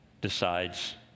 decides